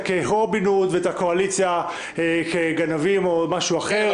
כרובין הוד ואת הקואליציה כגנבים או משהו אחר.